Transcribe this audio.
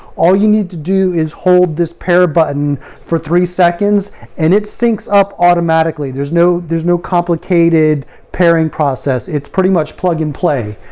all you need to do is hold this pair button for three seconds and it syncs up automatically. there's no there's no complicated pairing process. it's pretty much plug and play.